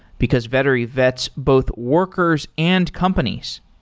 because vettery vets both workers and companies.